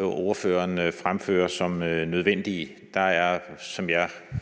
ordføreren fremfører er nødvendige. Der er, som jeg